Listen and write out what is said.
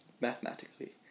mathematically